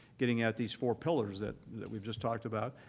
getting at these four pillars that that we've just talked about,